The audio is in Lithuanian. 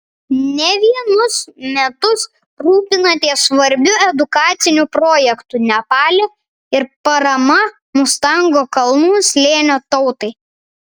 ne vienus metus rūpinatės svarbiu edukaciniu projektu nepale ir parama mustango kalnų slėnio tautai